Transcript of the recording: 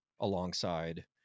alongside